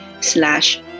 slash